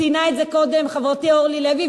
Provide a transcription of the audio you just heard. ציינה את זה קודם חברתי אורלי לוי,